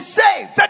saved